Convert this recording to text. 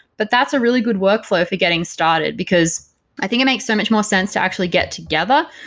but that's a really good workflow for getting started, because i think it makes so much more sense to actually get together.